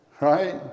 Right